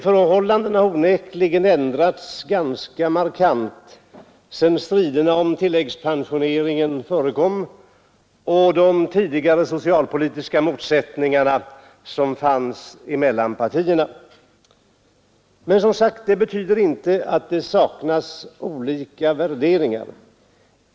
Förhållandena har emellertid onekligen ändrats ganska markant sedan vi hade striderna om tilläggspensioneringen och de stora socialpolitiska motsättningarna mellan partierna. Men, som sagt, detta betyder inte att det inte förekommer olika värderingar.